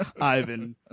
Ivan